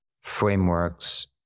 frameworks